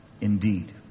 indeed